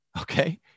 Okay